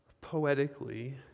poetically